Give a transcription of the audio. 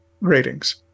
ratings